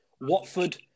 Watford